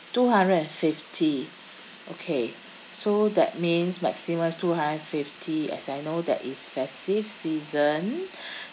two hundred and fifty okay so that means maximum two hundred fifty as I know that is festive season